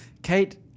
Kate